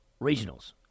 regionals